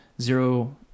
zero